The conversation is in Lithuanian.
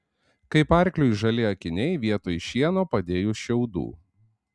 kaip arkliui žali akiniai vietoj šieno padėjus šiaudų